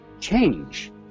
change